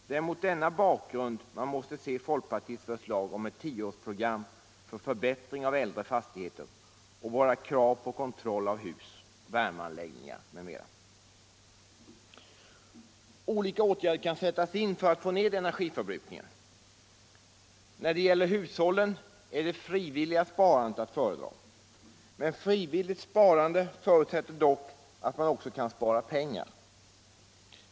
Det är mot denna bakgrund man måste se folkpartiets förslag om ett tioårsprogram för förbättring av äldre fastigheter, våra krav på kontroll av hus och värmeanläggningar m.m. Olika åtgärder kan sättas in för att få ned energiförbrukningen. När det gäller hushållen är det frivilliga sparandet att föredra. Men frivilligt sparande förutsätter dock att man också kan spara pengar.